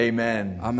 Amen